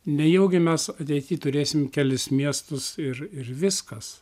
nejaugi mes ateity turėsim kelis miestus ir ir viskas